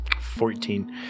fourteen